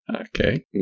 Okay